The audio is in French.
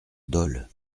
dole